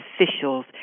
officials